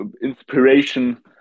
inspiration